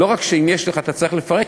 לא רק שאם יש לך אתה צריך לפרק,